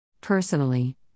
Personally